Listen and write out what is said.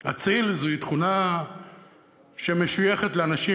"אציל" זוהי תכונה שמשויכת לאנשים